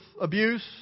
abuse